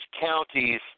counties